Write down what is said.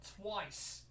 Twice